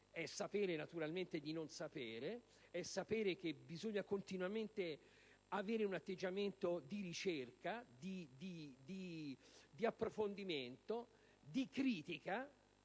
Sapere, naturalmente, è sapere di non sapere, è sapere che bisogna continuamente avere un atteggiamento di ricerca, di approfondimento, di critica.